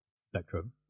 spectrum